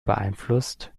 beeinflusst